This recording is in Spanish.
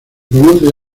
conoce